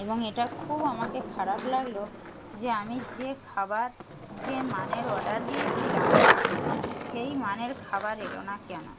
এবং এটা খুব আমাকে খারাপ লাগলো যে আমি যে খাবার যে মানের অর্ডার দিয়েছিলাম সেই মানের খাবার এলো না কেন